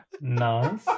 Nice